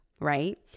right